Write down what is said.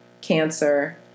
Cancer